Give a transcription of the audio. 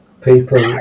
people